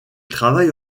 travaille